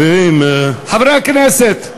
חברים, חברי הכנסת,